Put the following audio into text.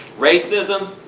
racism.